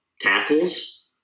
tackles